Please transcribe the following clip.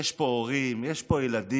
יש פה הורים, יש פה ילדים.